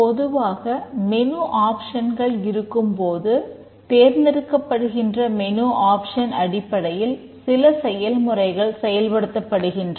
பொதுவாக மெனு ஆப்ஷன்கள் அடிப்படையில் சில செயல்முறைகள் செயல்படுத்தப்படுகின்றன